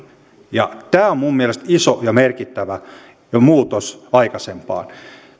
tämä on minun mielestäni iso ja merkittävä muutos aikaisempaan